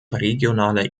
regionaler